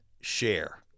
share